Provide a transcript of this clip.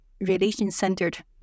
relation-centered